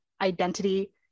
identity